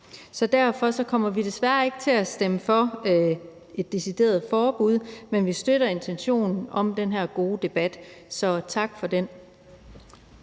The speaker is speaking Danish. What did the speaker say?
Derfor kommer vi desværre ikke til at stemme for et decideret forbud, men vi støtter intentionen i den her gode debat – så tak for den.